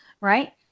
right